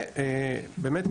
ובאמת,